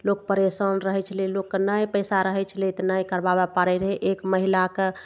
लोक परेशान रहय छलै लोकके ने पैसा रहय छलै तऽ नहि करबाबय पारय रहय एक महिलाके